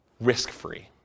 risk-free